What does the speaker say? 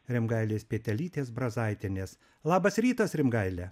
rimgailės pėtelytės brazaitienės labas rytas rimgaile